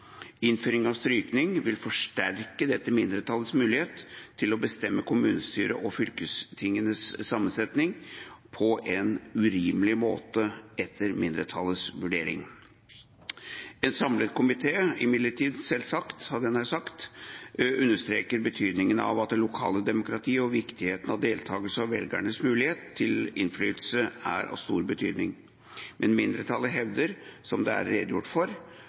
Innføring av strykning vil forsterke dette mindretallets mulighet til å bestemme kommunestyrenes og fylkestingenes sammensetning på en urimelig måte, etter komiteens mindretalls vurdering. En samlet komité – jeg hadde nær sagt selvsagt – understreker imidlertid betydningen av det lokale demokratiet, viktigheten av deltakelse og at velgernes mulighet til innflytelse er av stor betydning. Men mindretallet hevder, som det er redegjort for,